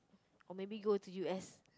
or maybe go to U_S